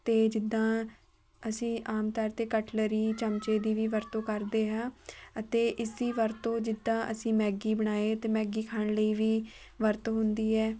ਅਤੇ ਜਿੱਦਾਂ ਅਸੀਂ ਆਮ ਤੌਰ 'ਤੇ ਕੱਟਲਰੀ ਚਮਚੇ ਦੀ ਵੀ ਵਰਤੋਂ ਕਰਦੇ ਆ ਅਤੇ ਇਸ ਦੀ ਵਰਤੋਂ ਜਿੱਦਾਂ ਅਸੀਂ ਮੈਗੀ ਬਣਾਏ ਅਤੇ ਮੈਗੀ ਖਾਣ ਲਈ ਵੀ ਵਰਤ ਹੁੰਦੀ ਹੈ